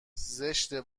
زشته